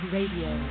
Radio